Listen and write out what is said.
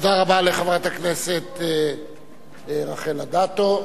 תודה רבה לחברת הכנסת רחל אדטו.